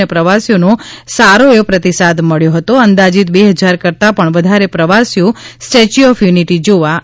અને પ્રવાસીઓનો સારો એવો પ્રતિસાદ મળ્યો હતો અંદાજિત બે હજાર કરતા પણ વધારે પ્રવાસીઓ સ્ટેચ્યુ ઓફ યુનિટી જોવા માટે આવ્યા હતા